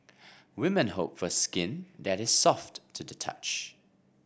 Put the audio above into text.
women hope for skin that is soft to the touch